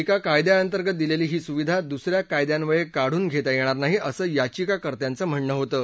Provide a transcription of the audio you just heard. एका कायद्याअंतर्गत दिलेली ही सुविधा दुस या कायद्यान्वये काढून घेता येणार नाही असं याचिकाकर्त्यांचं म्हणणं होतं